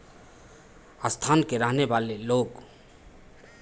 स्थान के रहने वाले लोग